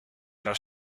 los